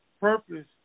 purpose